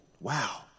Wow